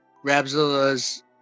rabzilla's